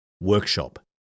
workshop